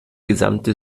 gesamte